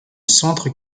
centre